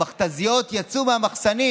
המכת"זיות יצאו מהמחסנים.